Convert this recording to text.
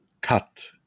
cut